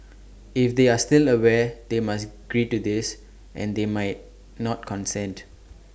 if they are still aware they must agree to this and they might not consent